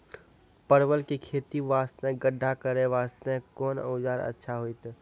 परवल के खेती वास्ते गड्ढा करे वास्ते कोंन औजार अच्छा होइतै?